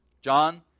John